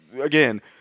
again